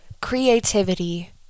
creativity